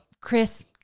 Chris